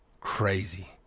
crazy